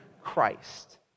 Christ